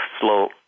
slow